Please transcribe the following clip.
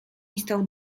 stał